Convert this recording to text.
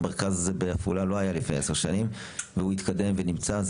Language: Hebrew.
המרכז בעפולה לא היה לפני עשר שנים והוא התקדם והוא נמצא,